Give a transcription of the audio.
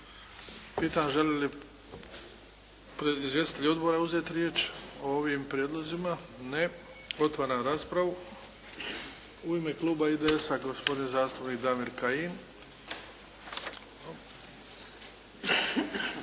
Pitam želi li izvjestitelj odbora uzeti riječ o ovim prijedlozima? Ne. Otvaram raspravu. U ime Kluba IDS-a gospodin zastupnik Damir Kajin.